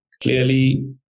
Clearly